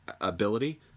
ability